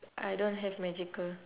I don't have magical